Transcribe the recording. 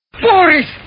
Forest